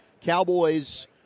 Cowboys